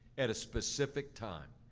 at a specific time.